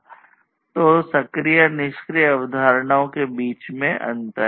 तो यह सक्रिय तथा निष्क्रिय अवधारणाओं के बीच का अंतर है